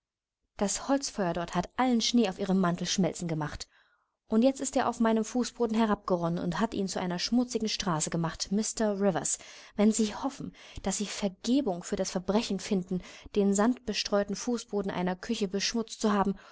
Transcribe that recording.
das holzfeuer dort hat allen schnee aus ihrem mantel schmelzen gemacht und jetzt ist er auf meinen fußboden herabgeronnen und hat ihn zu einer schmutzigen straße gemacht mr rivers wenn sie hoffen daß sie vergebung für das verbrechen finden werden den sandbestreuten fußboden einer küche beschmutzt zu haben